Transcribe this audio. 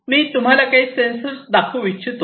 मी तुम्हाला काही सेन्सर्स दाखवू इच्छितो